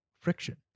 friction